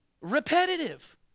repetitive